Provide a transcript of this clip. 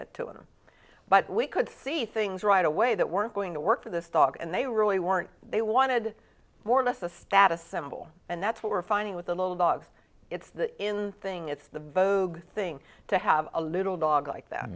that to him but we could see things right away that weren't going to work for this dog and they really weren't they wanted more or less a status symbol and that's what we're finding with the little dogs it's the in thing it's the vogue thing to have a little dog like that